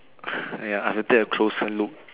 ya I have a closer look